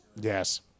Yes